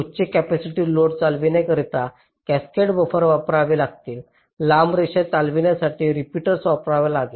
उच्च capacitive load चालविण्याकरिता cascaded buffer वापरावे लागतील लांब रेषा चालविण्यासाठी रिपीटर वापरला जावा